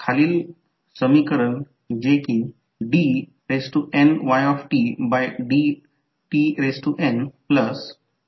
उदाहरणार्थ जर या डायरेक्शनऐवजी समजा की करंट दिशा अशी आहे याचा अर्थ काय आहे तर करंट डॉट पासून दूर जात आहे आणि ते डॉटमध्ये प्रवेश करत आहे ते असेल पहा